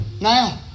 now